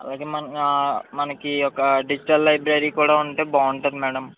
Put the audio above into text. అలాగే మన మనకి ఒక డిజిటల్ లైబ్రరీ కూడా ఉంటే బాగుంటది మ్యాడమ్